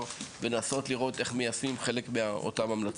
ולנסות לראות איך מיישמים חלק מאותן המלצות.